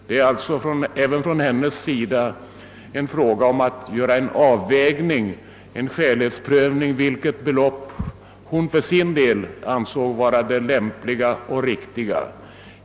Det är alltså även från hennes sida fråga om en avvägning och en skälighetsprövning av vilket belopp som kan anses vara det lämpliga och riktiga.